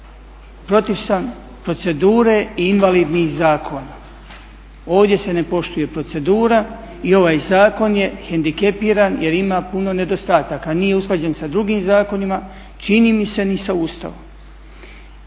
protiv sam procedure i invalidnih zakona. Ovdje se ne poštuje procedura i ovaj zakon je hendikepiran jer ima puno nedostataka, nije usklađen sa drugim zakonima, čini mi se ni sa Ustavom.